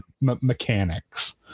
mechanics